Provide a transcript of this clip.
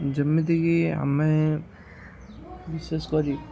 ଯେମିତିକି ଆମେ ବିଶେଷ କରି